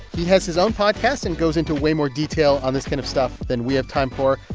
he has his own podcast and goes into way more detail on this kind of stuff than we have time for.